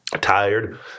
Tired